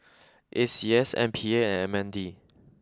A C S M P A and M N D